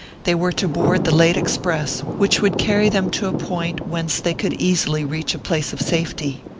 they were to board the late express, which would carry them to a point whence they could easily reach a place of safety.